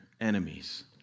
enemies